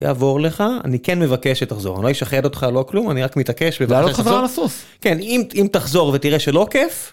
יעבור לך, אני כן מבקש שתחזור, אני לא אשחד אותך, לא כלום, אני רק מתעקש בבקשה שתחזור. לעלות חזרה על הסוס. כן, אם תחזור ותראה שלא כיף...